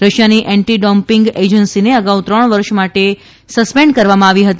રશિયાની anti doping એજન્સીને અગાઉ ત્રણ વર્ષ માટે સસ્પેન્ડ કરવામાં આવી હતી